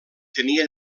tenia